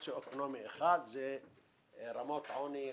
סוציו אקונומי 1 שאלה רמות עוני אסטרונומיות.